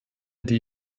die